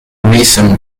reason